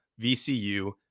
VCU